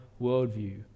worldview